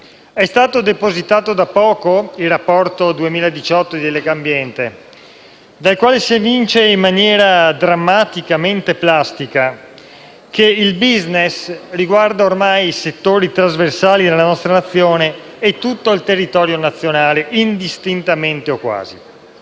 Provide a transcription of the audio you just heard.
È stato depositato da poco il rapporto di Legambiente per il 2018, dal quale si evince, in maniera drammaticamente plastica, che il *business* riguarda ormai settori trasversali nella nostra Nazione e tutto il suo territorio, indistintamente o quasi.